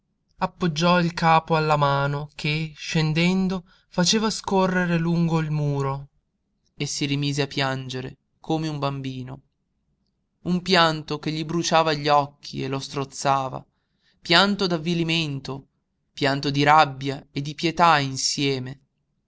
appoggiò il capo alla mano che scendendo faceva scorrere lungo il muro e si rimise a piangere come un bambino un pianto che gli bruciava gli occhi e lo strozzava pianto d'avvilimento pianto di rabbia e di pietà insieme